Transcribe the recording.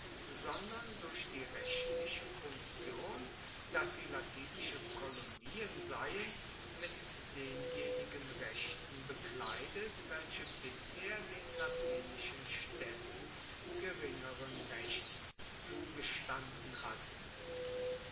sondern durch die rechtliche fiktion daß sie latinische kolonien seien mit denjenigen rechten bekleidet welche bisher den latinischen städten geringeren rechts zugestanden hatten